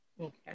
okay